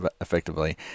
effectively